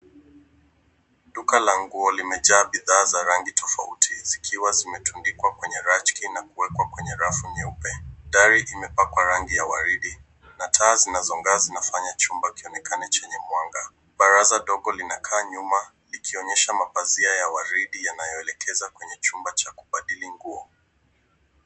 Duka la nguo limejaa bidhaa za rangi tofauti, zikiwa zimetundikwa kwenye rachki na kuwekwa kwenye rafu nyeupe. Dari imepakwa rangi ya waridi, na taa zinazong'aa zinafanya chumba kionekane chenye mwanga. Baraza dogo linakaa nyuma, likionyesha mapazia ya waridi yanayoelekeza kwenye chumba cha kubadili nguo.